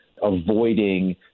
avoiding